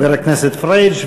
חבר הכנסת פריג',